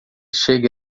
chegue